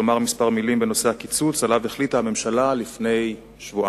לומר כמה מלים בנושא הקיצוץ שהממשלה החליטה עליו לפני שבועיים.